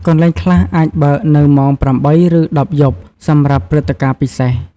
កន្លែងខ្លះអាចបើកនៅម៉ោង ៨ ឬ ១០ យប់ សម្រាប់ព្រឹត្តិការណ៍ពិសេស។